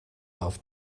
auf